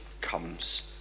comes